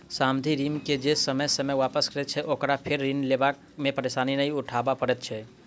सावधि ऋण के जे ससमय वापस करैत छै, ओकरा फेर ऋण लेबा मे परेशानी नै उठाबय पड़ैत छै